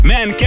Man